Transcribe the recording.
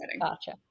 gotcha